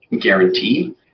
guarantee